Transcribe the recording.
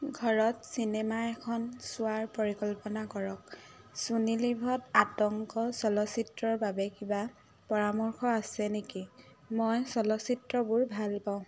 ঘৰত চিনেমা এখন চোৱাৰ পৰিকল্পনা কৰক ছোনিলিভত আতংক চলচ্চিত্ৰৰ বাবে কিবা পৰামৰ্শ আছে নেকি মই চলচ্চিত্ৰবোৰ ভাল পাওঁ